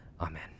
Amen